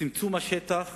צמצום השטח